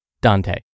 Dante